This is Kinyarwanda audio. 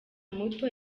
muto